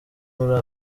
muri